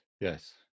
Yes